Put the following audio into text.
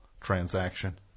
transaction